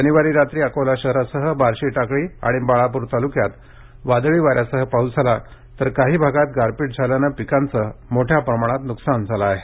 शनिवारी रात्री अकोला शहरासह बार्शीटाकळी आणि बाळापुर तालुक्यात वादळी वाऱ्यासह पाऊस झाला तर काही भागात गारपीट झाल्याने पिकांचे मोठ्या प्रमाणात नुकसान झाले आहे